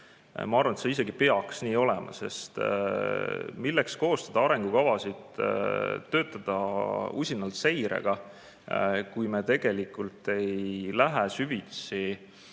Ma arvan, et see isegi peaks nii olema, sest milleks koostada arengukavasid, töötada usinalt seirega, kui me tegelikult ei lähe enne